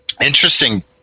interesting